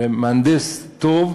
ומהנדס טוב,